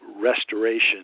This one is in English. restoration